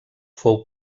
fou